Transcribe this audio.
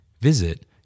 Visit